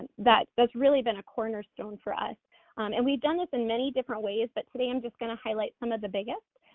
that's really been a cornerstone for us and we done this in many different ways, but today, i'm just gonna highlight some of the biggest.